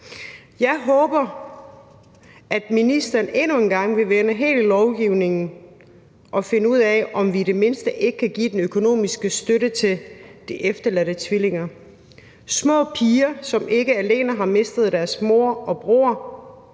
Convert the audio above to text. Jeg håber, at ministeren endnu en gang vil vende hele lovgivningen og finde ud af, om vi i det mindste ikke kan give den økonomiske støtte til de efterladte tvillinger. Det er små piger, som ikke alene har mistet deres mor og bror,